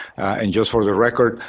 and just for the record,